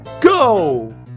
Go